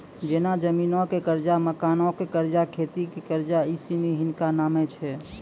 जेना जमीनो के कर्जा, मकानो के कर्जा, खेती के कर्जा इ सिनी हिनका नामे छै